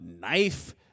knife